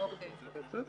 יהיו הרבה.